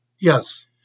Yes